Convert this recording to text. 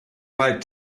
right